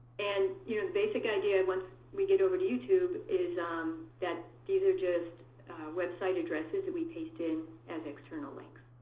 and the you know and basic idea once we get over to youtube is um that these are just website addresses that we paste in as external links.